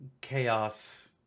chaos